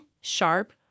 sharp